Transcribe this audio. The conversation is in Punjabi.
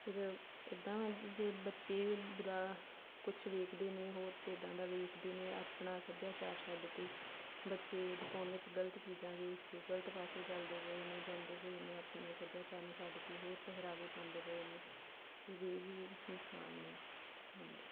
ਫਿਰ ਇੱਦਾਂ ਵਾ ਜੇ ਬੱਚੇ ਬੁਰਾ ਕੁਛ ਵੇਖਦੇ ਨੇ ਹੋਰ ਸਟੇਟਾਂ ਦਾ ਵੇਖਦੇ ਨੇ ਆਪਣਾ ਸੱਭਿਆਚਾਰ ਛੱਡ ਕੇ ਬੱਚੇ ਫੋਨ ਵਿੱਚ ਗਲਤ ਚੀਜ਼ਾਂ ਵੇਖ ਕੇ ਗਲਤ ਪਾਸੇ ਚਲਦੇ ਪਏ ਨੇ ਜਾਂਦੇ ਪਏ ਨੇ ਆਪਣੇ ਸੱਭਿਆਚਾਰ ਨੂੰ ਛੱਡ ਕੇ ਹੋਰ ਪਹਿਰਾਵੇ ਪਾਉਂਦੇ ਪਏ ਨੇ ਇਹਦੇ ਇਹ ਵੀ ਨੁਕਸਾਨ ਨੇ ਫੋਨ ਦੇ